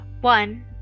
one